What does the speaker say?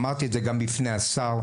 אמרתי את זה גם בפני השר,